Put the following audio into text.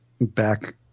back